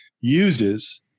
uses